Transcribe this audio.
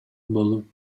болуп